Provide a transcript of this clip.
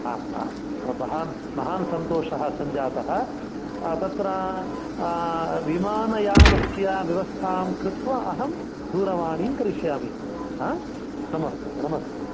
आ आ महान् महान् सन्तोषः सञ्जातः तत्र विमानयानस्य व्यवस्थां कृत्वा अहं दूरवाणीं करिष्यामि नमस्ते नमस्ते